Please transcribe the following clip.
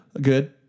Good